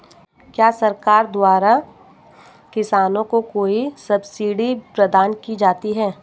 क्या सरकार द्वारा किसानों को कोई सब्सिडी प्रदान की जाती है?